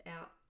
out